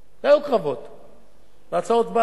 ההצעה באה והלכה,